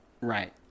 Right